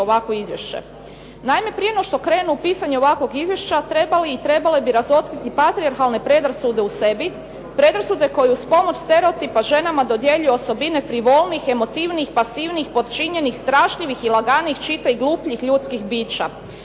Naime, prije nego što krenu u pisanje ovakvog izvješća trebali i trebale bi razotkriti patrijarhalne predrasude u sebi, predrasude koje uz pomoć stereotipa ženama dodjeljuje osobine frivolnih, emotivnih, pasivnih, podčinjenih, strašljivih i laganijih čitaj glupljih ljudskih bića.